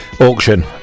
auction